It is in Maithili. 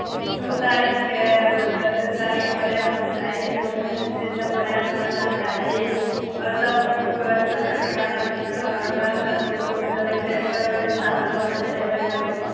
दू तारीख मतलब दू तारीखक बढ़िऑं वला चाही स्टेजसभ बनना चाही आओर सभ किछु व्यवस्था खाना पीना आओर ओतय जे लोकसभ आओत ओकरसभ व्यवस्था होना चाही बढ़िऑं सँ